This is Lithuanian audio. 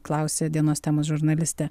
klausė dienos temos žurnalistė